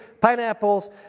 pineapples